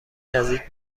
نزدیک